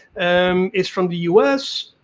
um is from the us.